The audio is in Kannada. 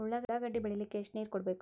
ಉಳ್ಳಾಗಡ್ಡಿ ಬೆಳಿಲಿಕ್ಕೆ ಎಷ್ಟು ನೇರ ಕೊಡಬೇಕು?